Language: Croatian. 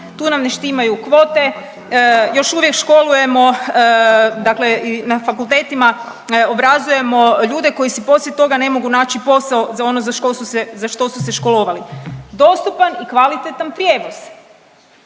tu nam ne štimaju kvote, još uvijek školujemo, dakle i na fakultetima obrazujemo ljude koji si poslije toga ne mogu naći posao ono za što su se školovali. Dostupan i kvalitetan prijevoz,